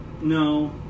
no